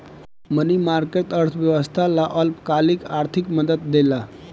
मनी market, अर्थव्यवस्था ला अल्पकालिक आर्थिक मदद देला